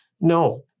no